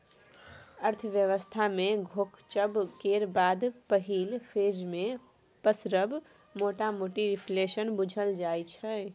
अर्थव्यवस्था मे घोकचब केर बाद पहिल फेज मे पसरब मोटामोटी रिफ्लेशन बुझल जाइ छै